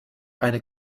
eine